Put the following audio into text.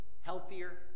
healthier